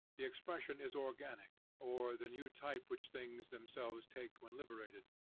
the expression is organic, or the new type which things themselves take when liberated.